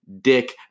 dick